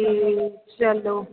ਅਤੇ ਚਲੋ